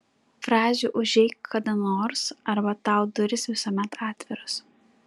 frazių užeik kada nors arba tau durys visuomet atviros